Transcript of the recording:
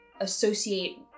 associate